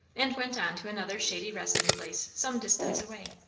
and went on to another shady resting-place some distance away.